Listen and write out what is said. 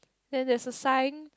then there's a sign